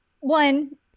one